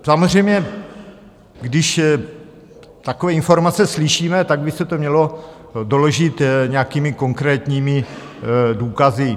Samozřejmě, když takové informace slyšíme, tak by se to mělo doložit nějakými konkrétními důkazy.